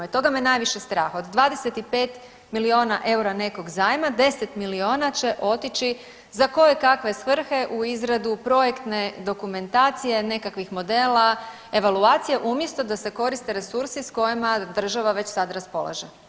I toga me najviše strah, od 25 milijuna eura nekog zajma 10 milijuna će otići za kojekakve svrhe u izradu projektne dokumentacije, nekakvih modela, evaluacije umjesto da se koriste resursi s kojima država već sad raspolaže.